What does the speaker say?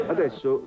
Adesso